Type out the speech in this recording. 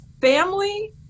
family